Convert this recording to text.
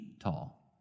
tall